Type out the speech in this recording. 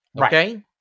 Okay